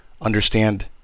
understand